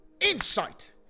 Insight